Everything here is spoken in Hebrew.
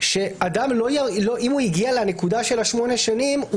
שאם הוא הגיע לנקודה של השמונה שנים,